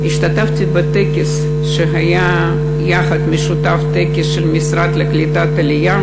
השתתפתי בטקס משותף, טקס של המשרד לקליטת העלייה